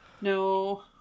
no